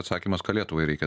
atsakymas ką lietuvai reikia